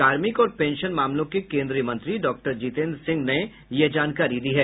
कार्मिक और पेंशन मामलों के केंद्रीय मंत्री डॉक्टर जीतेन्द्र सिंह ने यह जानकारी दी है